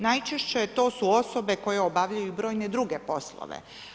Najčešće to su osobe koje obavljaju brojne druge poslove.